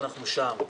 ואנחנו שם.